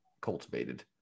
cultivated